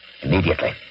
Immediately